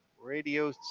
Radio